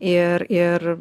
ir ir